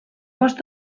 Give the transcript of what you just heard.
bost